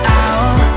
out